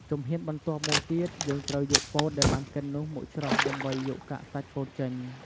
ជំហានបន្ទាប់់មកទៀត យើងត្រូវយកពោតដែលបានកិននោះមកច្រោះដើម្បីយកកាកសាច់ពោតចេញ។